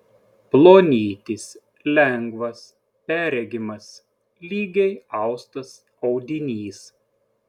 plonytis lengvas perregimas lygiai austas audinys